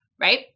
right